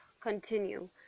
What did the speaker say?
continue